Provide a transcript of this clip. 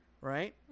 right